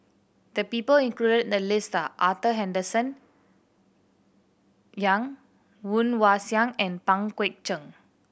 the people included in the list are Arthur Henderson Young Woon Wah Siang and Pang Guek Cheng